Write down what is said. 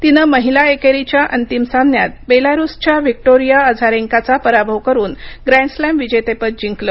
तिनं महिला एकेरीच्या अंतिम सामन्यात बेलारुसच्या व्हीकटोरिया अझारेन्काचा पराभव करून ग्रँड स्लॅम विजेतेपद जिंकलं